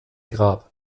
grab